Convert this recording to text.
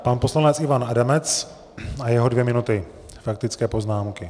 Pan poslanec Ivan Adamec a jeho dvě minuty faktické poznámky.